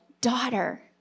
daughter